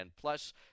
Plus